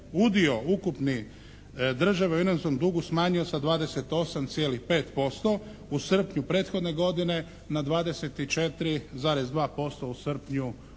udio ukupni države u inozemnom dugu smanjio sa 28,5% u srpnju prethodne godine na 24,2% u srpnju